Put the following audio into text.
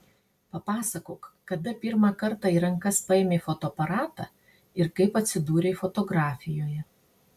papasakok kada pirmą kartą į rankas paėmei fotoaparatą ir kaip atsidūrei fotografijoje